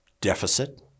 deficit